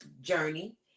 journey